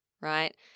right